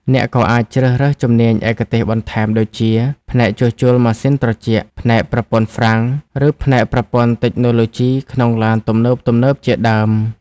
អ្នកក៏អាចជ្រើសរើសជំនាញឯកទេសបន្ថែមដូចជា ផ្នែកជួសជុលម៉ាស៊ីនត្រជាក់ ផ្នែកប្រព័ន្ធហ្វ្រាំង ឬផ្នែកប្រព័ន្ធតិចណូឡូជីក្នុងឡានទំនើបៗជាដើម។